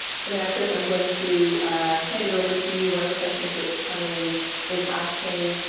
so now, chris, i'm going to hand it over to you. one of the questions that's come in is asking,